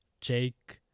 jake